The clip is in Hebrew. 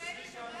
חוטובלי, שמעת?